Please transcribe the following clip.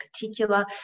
particular